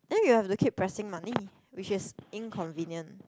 then you have to keep pressing money which is inconvenient